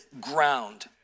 ground